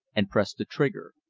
and pressed the trigger.